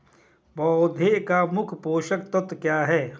पौधे का मुख्य पोषक तत्व क्या हैं?